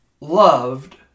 loved